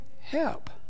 help